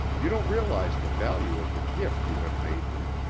you don't realize the value of the gift you have made me.